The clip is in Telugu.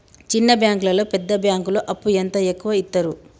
చిన్న బ్యాంకులలో పెద్ద బ్యాంకులో అప్పు ఎంత ఎక్కువ యిత్తరు?